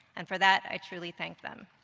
and for that i truly thank them.